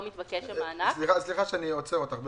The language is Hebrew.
מתבקש המענק" --- סליחה שאני עוצר אותך.